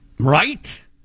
right